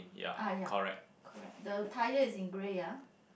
ah ya correct the tire is in grey ya